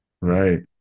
right